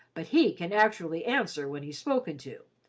but he can actually answer when he's spoken to,